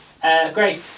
Great